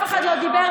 אף אחד לא דיבר,